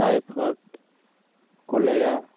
typhoid cholera